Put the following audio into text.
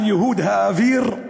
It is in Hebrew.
על ייהוד האוויר.